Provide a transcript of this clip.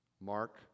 Mark